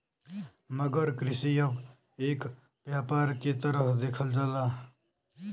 मगर कृषि अब एक व्यापार के तरह देखल जाला